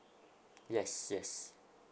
yes yes